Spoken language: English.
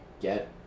get